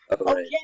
Okay